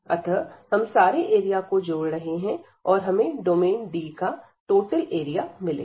अतः हम सारे एरिया को जोड़ रहे है और हमें डोमेन D का टोटल एरिया मिलेगा